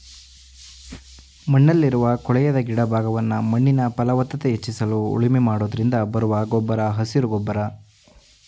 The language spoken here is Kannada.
ಮಣ್ಣಲ್ಲಿರುವ ಕೊಳೆಯದ ಗಿಡ ಭಾಗವನ್ನು ಮಣ್ಣಿನ ಫಲವತ್ತತೆ ಹೆಚ್ಚಿಸಲು ಉಳುಮೆ ಮಾಡೋದ್ರಿಂದ ಬರುವ ಗೊಬ್ಬರ ಹಸಿರು ಗೊಬ್ಬರ